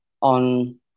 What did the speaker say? on